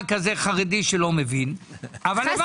חרדי שלא מבין, אבל הבנתי.